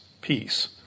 peace